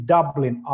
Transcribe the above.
Dublin